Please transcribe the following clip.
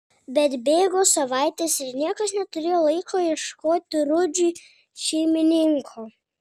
bet bėgo savaitės ir niekas neturėjo laiko ieškoti rudžiui šeimininko